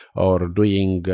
or doing